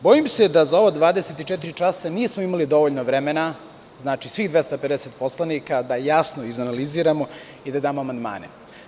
Bojim se da za ova 24 časa nismo imali dovoljno vremena, znači, svih 250 poslanika da jasno izanaliziramo i da damo amandmane.